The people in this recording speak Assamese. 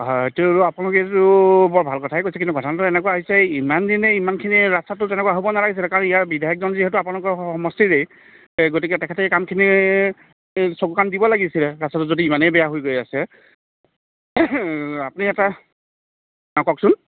হয় সেইটো আপোনালোকেতো বৰ ভাল কথাই কৈছে কিন্তু কথাটো এনেকুৱা হৈছে এই ইমান দিনে ইমানখিনি ৰাস্তাটো তেনেকুৱা হ'ব নালাগিছিলে কাৰণ ইয়াৰ বিধায়কজন যিহেতু আপোনালোকৰ সমষ্টিৰেই এ গতিকে তেখেতে কামখিনি চকু কাণ দিব লাগিছিলে ৰাস্তাটো যদি ইমানেই বেয়া হৈ গৈ আছে আপুনি এটা অ কওকচোন